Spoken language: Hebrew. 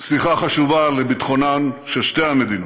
שיחה חשובה לביטחונן של שתי המדינות.